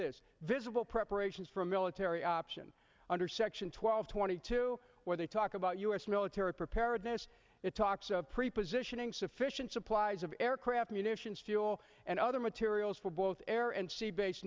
this visible preparations for a military option under section twelve twenty two where they talk about u s military preparedness it talks of pre positioning sufficient supplies of aircraft munitions fuel and other materials for both air and sea bas